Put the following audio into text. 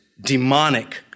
demonic